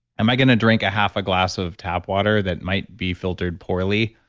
am i going to drink a half a glass of tap water that might be filtered poorly?